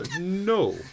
No